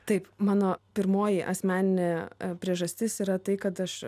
taip mano pirmoji asmeninė priežastis yra tai kad aš